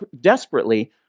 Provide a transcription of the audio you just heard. desperately